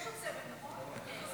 יש עוד סבב, נכון?